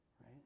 right